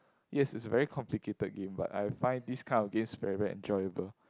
yes it's a very complicated game but I find these kind of games very very enjoyable